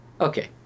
Okay